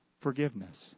forgiveness